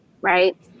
right